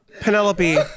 Penelope